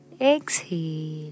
exhale